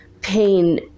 pain